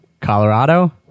Colorado